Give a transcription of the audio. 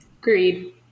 Agreed